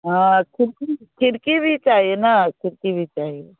हाँ खिड़की भी खिड़की भी चाहिए ना खिड़की भी चाहिए